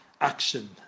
action